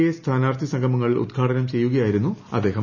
A സ്ഥാനാർഥി സംഗമങ്ങൾ ഉദ്ഘാടനം ചെയ്യുകയായിരുന്നു അദ്ദേഹം